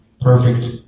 Perfect